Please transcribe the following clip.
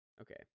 Okay